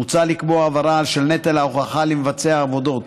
מוצע לקבוע העברה של נטל ההוכחה למבצע העבודות,